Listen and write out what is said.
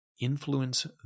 influence